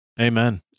Amen